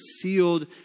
sealed